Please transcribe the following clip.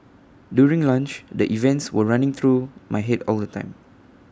during lunch the events were running through my Head all the time